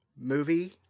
movie